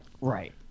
Right